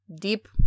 deep